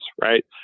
right